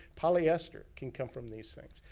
polyester can come from these things.